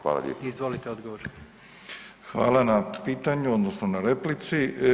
Hvala na pitanju, odnosno na replici.